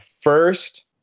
first